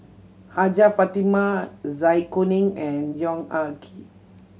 Hajjah Fatimah Zai Kuning and Yong Ah Kee